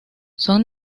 son